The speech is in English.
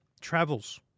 travels